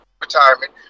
retirement